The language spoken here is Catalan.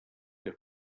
que